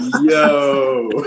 Yo